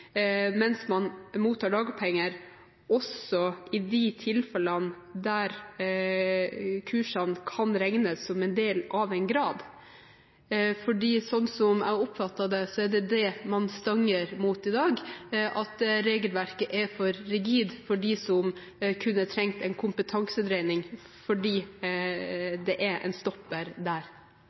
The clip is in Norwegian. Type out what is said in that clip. mens man mottar dagpenger – også i de tilfellene der kursene kan regnes som del av en grad. For slik jeg oppfatter det, er det man stanger mot i dag, at regelverket er for rigid for dem som kunne trengt en kompetansedreining – fordi det er en stopper der.